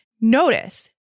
notice